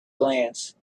glance